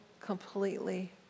completely